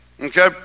okay